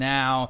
Now